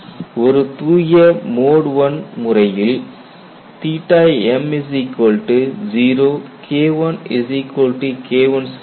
ஒரு தூய mode I முறையில் m0 K1K1C ஆகும்